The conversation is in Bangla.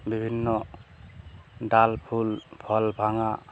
বিভিন্ন ডাল ফুল ফল ভাঙা